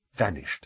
vanished